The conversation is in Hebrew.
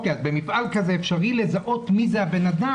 במפעל כזה אפשרי לזהות מי זה הבן אדם.